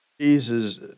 Jesus